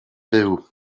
byw